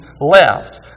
left